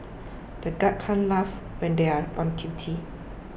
the guards can't laugh when they are on duty